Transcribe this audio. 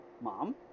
mom